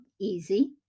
easy